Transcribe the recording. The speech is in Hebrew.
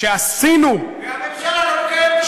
שעשינו, והממשלה לא מקיימת אותו.